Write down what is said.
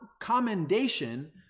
commendation